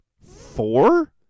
four